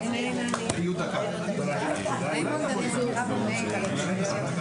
הישיבה ננעלה בשעה